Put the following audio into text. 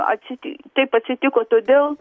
atsiti taip atsitiko todėl